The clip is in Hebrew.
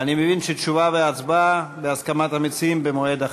אני מבין שתשובה והצבעה בהסכמת המציעים במועד אחר.